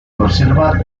conserva